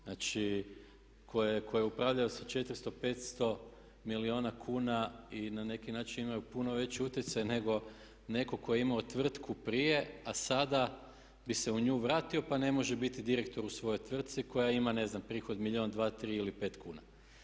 Znači koji upravljaju sa 400, 500 milijuna kuna i na neki način imaju puno veći utjecaj nego netko tko je imao tvrtku prije a sada bi se u nju vratio pa ne može biti direktor u svojoj tvrtci koja ima ne znam prihod milijun, dva, tri ili 5 kuna.